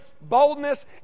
boldness